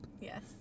Yes